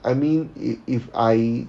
I mean if if I